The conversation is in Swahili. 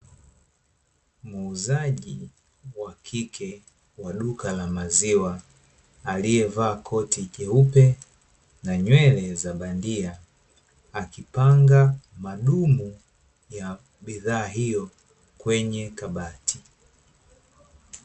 Muuzaji wa kike wa duka la maziwa, aliyevaa koti jeupe na nywele za bandia, akipanga madumu ya bidhaa hiyo kwenye kabati.